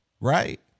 right